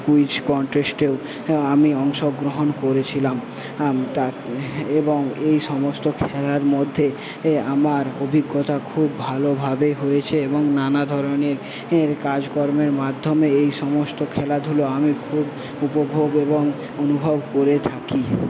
quiz কনটেস্টেও আমি অংশগ্রহণ করেছিলাম এবং এই সমস্ত খেলার মধ্যে আমার অভিজ্ঞতা খুব ভালোভাবে হয়েছে এবং নানা ধরনের কাজকর্মের মাধ্যমে এই সমস্ত খেলাধুলো আমি খুব উপভোগ এবং অনুভব করে থাকি